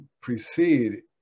precede